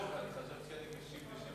טוב, אני חשבתי שאני משיב בשם